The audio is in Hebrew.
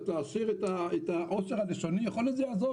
קצת להעשיר את העושר הלשוני יכול להיות שזה יעזור,